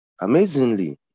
amazingly